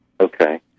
Okay